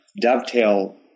dovetail